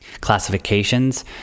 classifications